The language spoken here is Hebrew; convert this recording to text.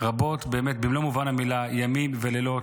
רבות באמת, במלוא מובן המילה, ימים ולילות.